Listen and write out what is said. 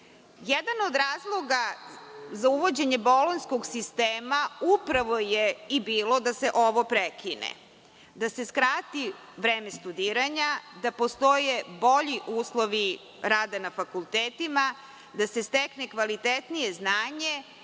Jedan od razloga za uvođenje bolonjskog sistema upravo je i bilo da se ovo prekine, da se skrati vreme studiranja, da postoje bolji uslovi rada na fakultetima, da se stekne kvalitetnije znanje